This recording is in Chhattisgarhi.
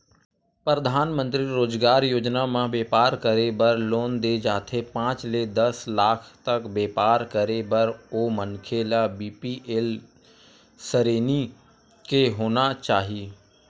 परधानमंतरी रोजगार योजना म बेपार करे बर लोन दे जाथे पांच ले दस लाख तक बेपार करे बर ओ मनखे ल बीपीएल सरेनी के होना चाही